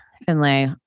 Finlay